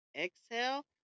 exhale